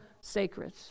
sacred